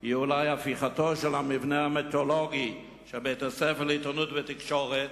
היא אולי הפיכתו של המבנה המיתולוגי של בית-הספר לעיתונות ותקשורת,